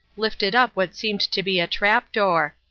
lifted up what seemed to be a trapdoor.